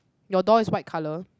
your door is white colour